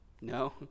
No